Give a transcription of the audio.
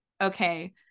okay